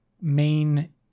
main